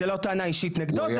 זו לא טענה אישית נגדו,